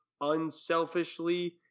unselfishly